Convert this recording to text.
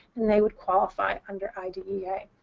and they would qualify under idea.